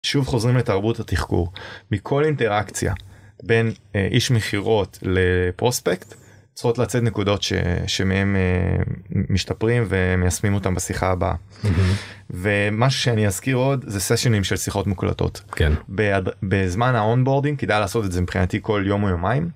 שוב חוזרים לתרבות התחקור. מכל אינטראקציה בין איש מכירות לפרוספקט צריכות לצאת נקודות שמהם משתפרים ומיישמים אותם בשיחה הבאה. ומה שאני אזכיר עוד זה סשנים של שיחות מוקלטות. בזמן האונבורדים כדאי לעשות את זה, מבחינתי, כל יום או יומיים.